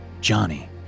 Johnny